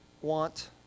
want